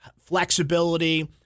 flexibility